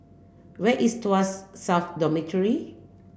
where is Tuas South Dormitory